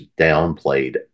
downplayed